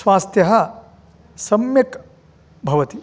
स्वास्थ्य सम्यक् भवति